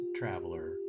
traveler